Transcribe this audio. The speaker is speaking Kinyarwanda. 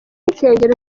insengero